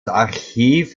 archiv